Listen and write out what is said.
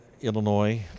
Illinois